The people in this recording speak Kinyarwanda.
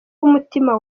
w’umutima